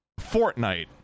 Fortnite